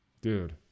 Dude